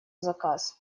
заказ